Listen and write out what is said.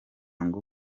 ngo